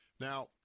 Now